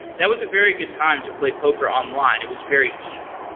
that was a very good time to play poker online. it was very easy.